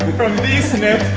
from this net,